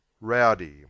rowdy